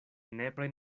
nepre